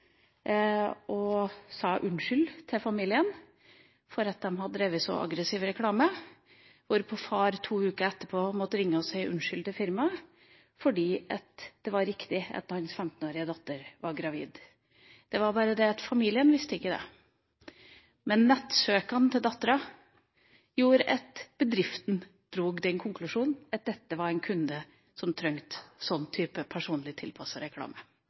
og sa unnskyld til familien for at de hadde drevet så aggressiv reklame, hvorpå faren to uker etterpå måtte ringe og si unnskyld til firmaet, fordi det var riktig at hans 15-årige datter var gravid – det var bare det at familien ikke hadde visst det. Men nettsøkene til dattera gjorde at bedriften dro den konklusjonen at dette var en kunde som trengte en sånn type personlig tilpasset reklame.